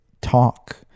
talk